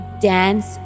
dance